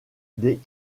des